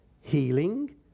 healing